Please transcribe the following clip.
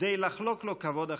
כדי לחלוק לו כבוד אחרון.